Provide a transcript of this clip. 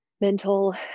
mental